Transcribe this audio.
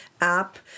app